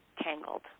tangled